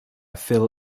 phil